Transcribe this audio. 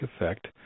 effect